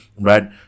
Right